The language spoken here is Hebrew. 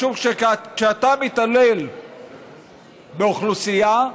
משום שכשאתה מתעלל באוכלוסייה,